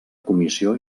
comissió